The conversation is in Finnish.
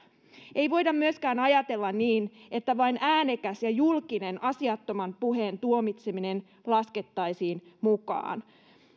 ei voida myöskään ajatella niin että vain äänekäs ja julkinen asiattoman puheen tuomitseminen laskettaisiin mukaan